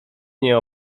nie